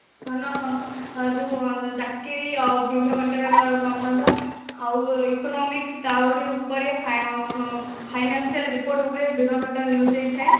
ଧନ ସମ୍ପ ଯେଉଁ ଚାକିରି ଆଉ ବିଭିନ୍ନପ୍ରକାରର ସମ୍ବାଦ ଆଉ ଇକୋନୋମିକ୍ସ ତାହାରି ଉପରେ ଫାଇନାନ୍ସିଆଲ୍ ରିପୋର୍ଟ୍ ଉପରେ ବିଭିନ୍ନପ୍ରକାର ନ୍ୟୁଜ୍ ଦେଇଥାଏ